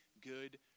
good